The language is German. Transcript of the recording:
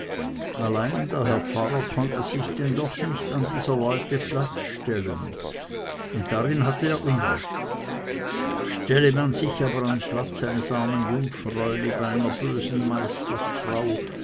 allein der herr pfarrer konnte sich nicht an dieser leute platz stellen und darum mußte sein urteil über sie ein ungerechtes sein stelle man sich aber an platz eines armen jungfräuli bei einer bösen meistersfrau